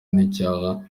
n’icyaha